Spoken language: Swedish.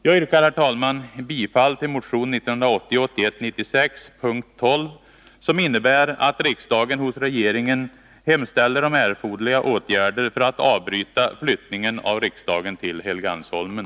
Jag yrkar, herr talman, bifall till motion 1980/81:96 punkt 12, som innebär att riksdagen hos regeringen hemställer om erforderliga åtgärder för att avbryta flyttningen av riksdagen till Helgeandsholmen.